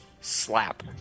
slap